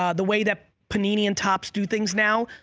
um the way that panini and tops do things now.